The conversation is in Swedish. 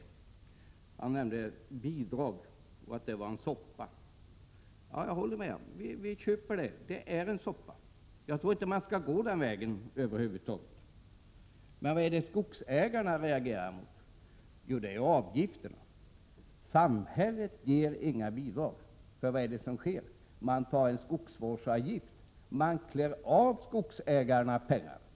Fransson nämnde systemet med bidrag och sade att det var en soppa. Det håller jag med om — vi köper det. Det är en soppa, och jag tror inte att man över huvud taget skall gå den vägen. Men vad är det skogsägarna reagerar mot? Jo, det är avgifterna. Samhället ger inga bidrag. Vad är det som sker? Man tar ut en skogsvårdsavgift; man klär av skogsägarna pengar.